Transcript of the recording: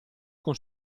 con